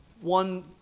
one